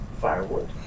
firewood